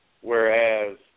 whereas